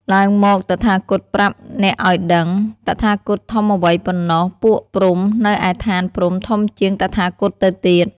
ឡើងមក! តថាគតប្រាប់អ្នកឱ្យដឹង! តថាគតធំអ្វីប៉ុណ្ណោះ ពួកព្រហ្មនៅឯឋានព្រហ្មធំជាងតថាគតទៅទៀត"។